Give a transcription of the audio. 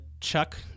Chuck